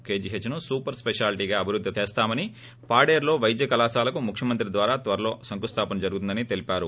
KGH ను super speciality గా అభివృద్ది త్వరలోసే చేస్తామని పాడేరులో పైద్య కళాశాలకు ముఖ్యమంత్రి ద్వారా త్వరలోసే శంకుస్థాపన జరుగుతుందని తెలిపారు